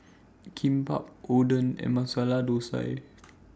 Kimbap Oden and Masala Dosa